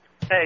Hey